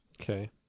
Okay